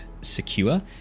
secure